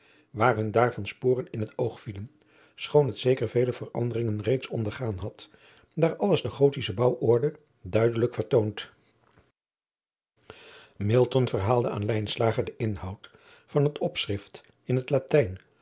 waar hun daarvan sporen in het oog vielen schoon het zeker vele veranderingen reeds ondergaan had daar alles de ottische bouworde duidelijk vertoont verhaalde aan den inhoud van het opschrift in het atijn